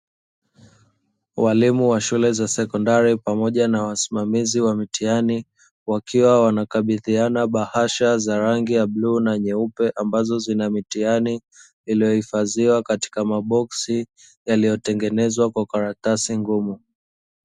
Walimu wa shule za sekondari pamoja na wasimamizi wa mitihani. Wakiwa wanakabidhiana bahasha za rangi ya bluu na nyeupe, ambazo zina mitihani iliyohifadhiwa katika maboksi, yaliyotengenezwa kwa karatasi ngumu.